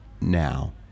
now